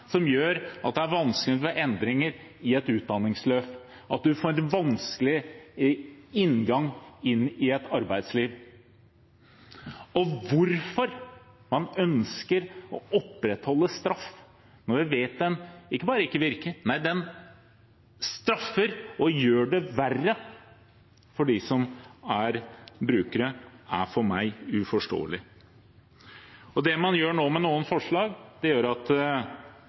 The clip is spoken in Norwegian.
som gjør at det er vanskelig å gjøre endringer i et utdanningsløp, eller at man får en vanskelig inngang inn i et arbeidsliv. Hvorfor man ønsker å opprettholde straff når vi vet at den ikke bare ikke virker, men også gjør det verre for dem som er brukere, er for meg uforståelig. Det man gjør nå med noen forslag, er at man straffer folk litt mindre. At